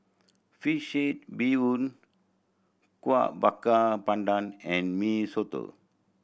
fish head bee hoon Kuih Bakar Pandan and Mee Soto